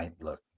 Look